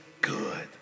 good